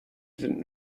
sind